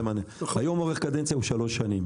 היום אורך קדנציה הוא שלוש שנים,